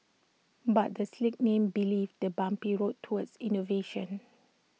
but the slick name belies the bumpy road towards innovation